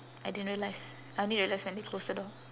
I didn't realise I only realise when they close the door